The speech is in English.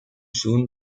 soon